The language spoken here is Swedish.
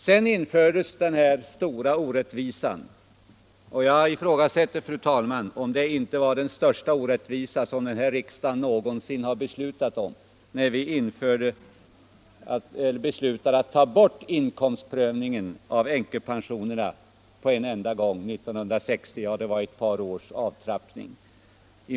Sedan infördes den stora orättvisan — och jag ifrågasätter, fru talman, om det inte var den största orättvisa som denna riksdag någonsin har beslutat om — när vi beslutade att ta bort inkomstprövningen av änkepensionerna 1960 nästan på en enda gång — det var ett par års avtrappning.